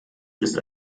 ist